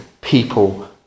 people